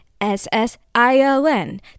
S-S-I-L-N